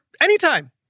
anytime